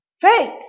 Faith